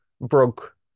broke